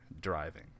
driving